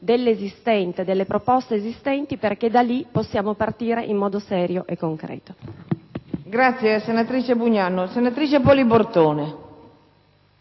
di analisi delle proposte esistenti, perché da lì possiamo partire in modo serio e concreto.